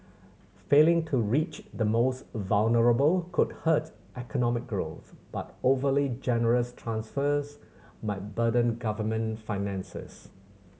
failing to reach the most vulnerable could hurt economic growth but overly generous transfers might burden government finances